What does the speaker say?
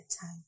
time